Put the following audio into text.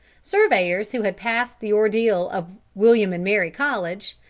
surveyors who had passed the ordeal of william and mary college,